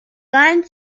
wollen